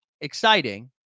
exciting